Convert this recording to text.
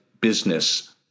business